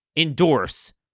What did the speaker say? endorse